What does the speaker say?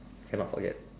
cannot forget